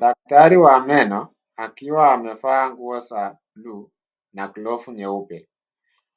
Daktari wa meno, akiwa amevaa nguo za blue , na glavu nyeupe,